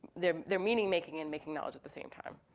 they're they're meaning making and making knowledge at the same time.